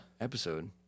episode